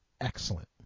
excellent